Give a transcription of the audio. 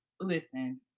listen